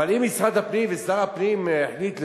אבל אם משרד הפנים ושר הפנים החליטו